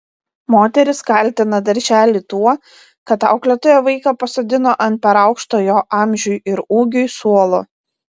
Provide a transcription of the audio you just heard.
moteris kaltina darželį tuo kad auklėtoja vaiką pasodino ant per aukšto jo amžiui ir ūgiui suolo